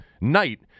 night